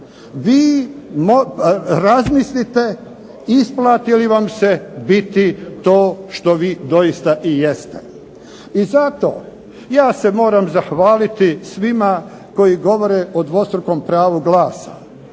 Vi razmislite isplati li vam se biti to što vi doista i jeste. I zato, ja se moram zahvaliti svima koji govore o dvostrukom pravu glasa.